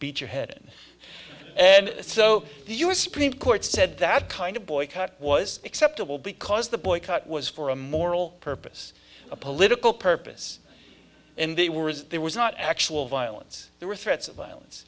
beat your head in and so the u s supreme court said that kind of boycott was acceptable because the boycott was for a moral purpose a political purpose and they were there was not actual violence there were threats of violence